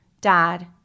Dad